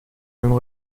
mêmes